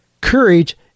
Courage